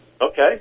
Okay